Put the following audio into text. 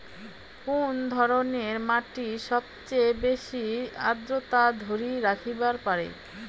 কুন ধরনের মাটি সবচেয়ে বেশি আর্দ্রতা ধরি রাখিবার পারে?